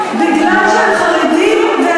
בגלל שהם חרדים הם צריכים לשבת פה ללמוד,